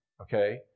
okay